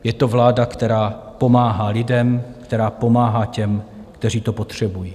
Je to vláda, která pomáhá lidem, která pomáhá těm, kteří to potřebují.